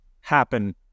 happen